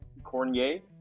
Cornier